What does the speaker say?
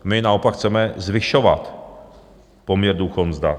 My naopak chceme zvyšovat poměr důchod mzda.